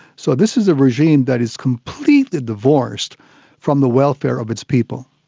so this is a regime that is completely divorced from the welfare of its people.